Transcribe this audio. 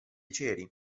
ceri